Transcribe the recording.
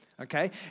okay